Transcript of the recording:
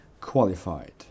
qualified